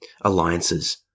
alliances